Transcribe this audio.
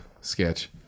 sketch